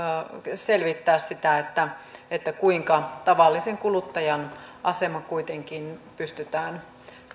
selvittää sitä kuinka tavallisen kuluttajan asemaa kuitenkin pystytään